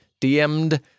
DM'd